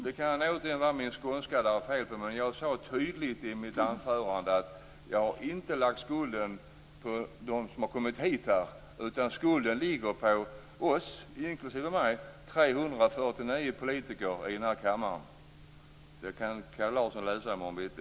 Det kan återigen vara fel på min skånska, men jag sade tydligt i mitt anförande att jag inte lägger skulden på dem som har kommit hit. Skulden ligger på oss, inklusive på mig, 349 politiker i denna kammare. Det kan Kalle Larsson läsa i morgon bitti.